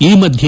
ಈ ಮಧ್ಯೆ